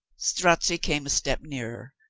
strozzi came a step nearer.